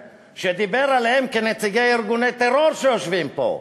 שדיבר עליהם כעל נציגי ארגוני טרור שיושבים פה.